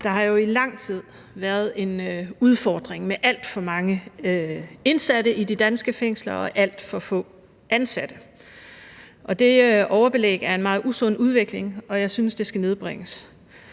Der har jo i lang tid været en udfordring med alt for mange indsatte i de danske fængsler og alt for få ansatte. Det overbelæg er en meget usund udvikling, og jeg synes, at det skal nedbringes.